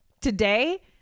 Today